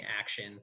action